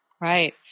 right